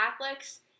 Catholics